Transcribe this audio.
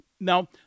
Now